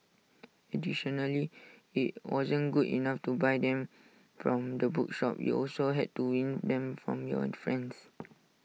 additionally IT wasn't good enough to buy them from the bookshop you also had to win them from your friends